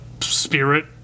spirit